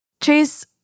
Chase